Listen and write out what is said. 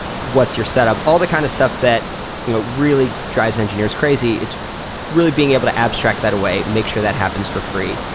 what's your setup? all the kind of stuff that you know really drives engineers crazy. it's really being able to abstract that away and make sure that happens for free,